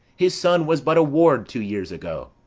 his son was but a ward two years ago.